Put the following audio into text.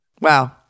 Wow